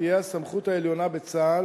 תהיה הסמכות העליונה בצה"ל,